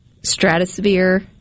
Stratosphere